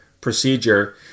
procedure